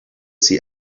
see